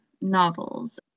novels